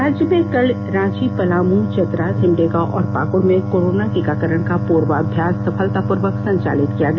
राज्य में कल रांची पलामू चतरा सिमडेगा और पाकुड में कोरोना टीकाकरण का पूर्वाभ्यास सफलतापूर्वक संचालित किया गया